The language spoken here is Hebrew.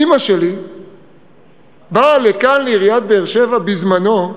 אימא שלי באה לכאן, לעיריית באר-שבע, בזמנו,